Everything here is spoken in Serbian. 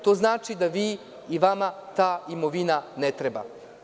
To znači da vama ta imovina ne treba.